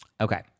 Okay